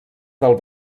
del